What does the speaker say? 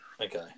Okay